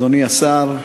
אדוני השר,